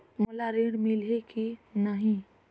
मोला ऋण मिलही की नहीं?